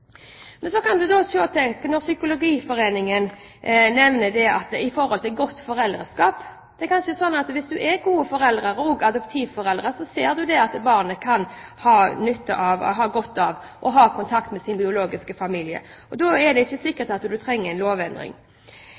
Men så kan man også se at Norsk Psykologforening nevner godt foreldreskap. Det er kanskje sånn at hvis man er gode foreldre eller adoptivforeldre, ser man at barnet kan ha godt av å ha kontakt med sin biologiske familie. Da er det ikke sikkert man trenger en lovendring.